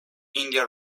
india